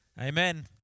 Amen